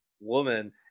woman